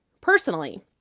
personally